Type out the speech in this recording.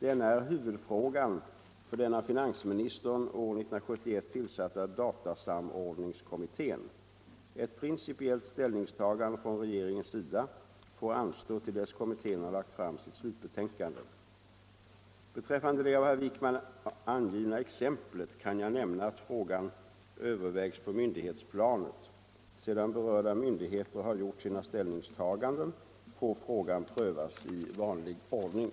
Denna är huvudfrågan för den av finansministern år 1971 tillsatta datasamordningskommittén. Ett principiellt ställningstagande från rege — Om ADB-registreringens sida får anstå till dess kommittén har lagt fram sitt slutbetän — rade personuppgifkande. ter Beträffande det av herr Wijkman angivna exemplet kan jag nämna att frågan övervägs på myndighetsplanet. Sedan berörda myndigheter har gjort sina ställningstaganden får frågan prövas i vanlig ordning.